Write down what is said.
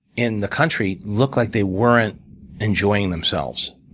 in the country look like they weren't enjoying themselves,